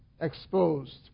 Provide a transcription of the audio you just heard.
exposed